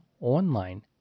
online